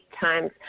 times